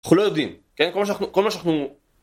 אנחנו לא יודעים, כן? כל מה שאנחנו...